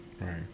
Right